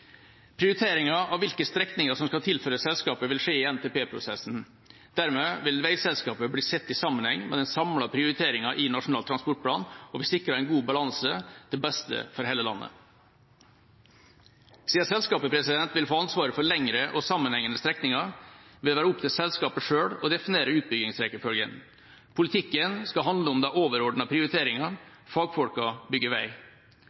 Prioriteringer av hvilke strekninger som skal tilføres selskapet, vil skje i NTP-prosessen. Dermed vil veiselskapet bli sett i sammenheng med den samlede prioriteringa i Nasjonal transportplan, og vi sikrer en god balanse, til beste for hele landet. Siden selskapet vil få ansvaret for lengre og sammenhengende strekninger, vil det være opp til selskapet selv å definere utbyggingsrekkefølgen. Politikken skal handle om de overordnede prioriteringene, fagfolkene bygger vei. Det er